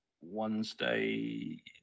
Wednesday